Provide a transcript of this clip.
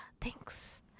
thanks